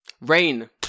Rain